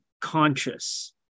conscious